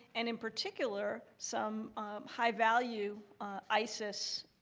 and in particular some high value isis